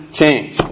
change